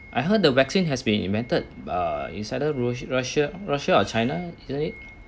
I heard the vaccine has been invented uh inside the rus~ russia russia or china isn't it